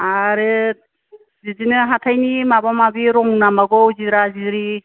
आरो बिदिनो हाथायनि माबा माबि रं नांबावगौ जिरा जिरि